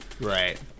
Right